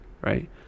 Right